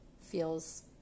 feels